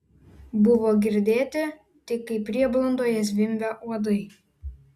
buvo girdėti tik kaip prieblandoje zvimbia uodai